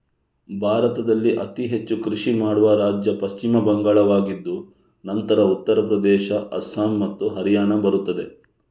ಭಾರತದಲ್ಲಿ ಅತಿ ಹೆಚ್ಚು ಕೃಷಿ ಮಾಡುವ ರಾಜ್ಯ ಪಶ್ಚಿಮ ಬಂಗಾಳವಾಗಿದ್ದು ನಂತರ ಉತ್ತರ ಪ್ರದೇಶ, ಅಸ್ಸಾಂ ಮತ್ತು ಹರಿಯಾಣ ಬರುತ್ತದೆ